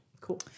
Cool